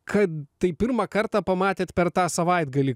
kad tai pirmą kartą pamatėt per tą savaitgalį